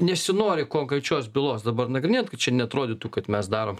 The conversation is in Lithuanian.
nesinori konkrečios bylos dabar nagrinėt kad čia neatrodytų kad mes darom